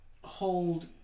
hold